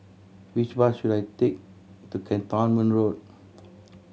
which bus should I take to Cantonment Road